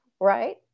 Right